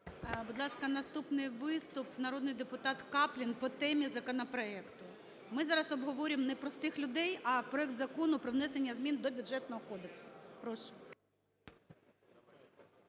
Будь ласка, наступний виступ - народний депутат Каплін по темі законопроекту. Ми зараз обговорюємо не простих людей, а проект Закону про внесення змін до Бюджетного кодексу. Прошу.